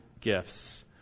gifts